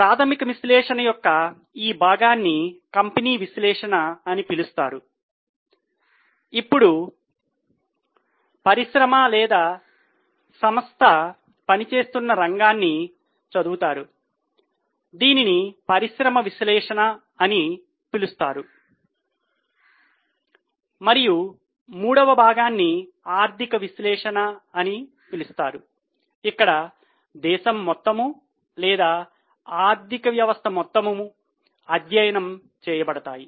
ప్రాథమిక విశ్లేషణ యొక్క ఈ భాగాన్ని కంపెనీ విశ్లేషణ అని పిలుస్తారు అప్పుడు పరిశ్రమ లేదా సంస్థ పనిచేస్తున్న రంగాన్ని చదువుతారు దీనిని పరిశ్రమ విశ్లేషణ అని పిలుస్తారు మరియు మూడవ భాగాన్ని ఆర్థిక విశ్లేషణ అని పిలుస్తారు ఇక్కడ దేశం మొత్తం లేదా ఆర్థిక వ్యవస్థ మొత్తం అధ్యయనం చేయబడతాయి